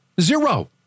Zero